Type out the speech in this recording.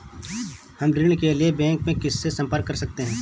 हम ऋण के लिए बैंक में किससे संपर्क कर सकते हैं?